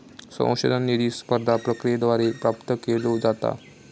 संशोधन निधी स्पर्धा प्रक्रियेद्वारे प्राप्त केलो जाता